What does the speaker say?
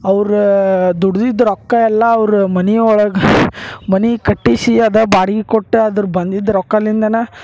ಅವ್ರು ದುಡ್ದಿದ್ದ ರೊಕ್ಕ ಎಲ್ಲ ಅವ್ರ ಮನಿಯೊಳಗೆ ಮನೆ ಕಟ್ಟಿಸಿ ಅದ ಬಾಡ್ಗಿ ಕೊಟ್ಟ ಅದ್ರ ಬಂದಿದ್ದ ರೊಕ್ಕಲಿಂದನ